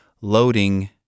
loading